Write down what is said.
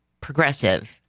progressive